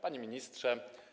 Panie Ministrze!